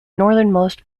northernmost